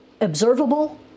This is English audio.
Observable